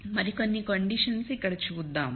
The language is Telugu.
మరికొన్ని కండిషన్ఇక్కడ చూద్దాం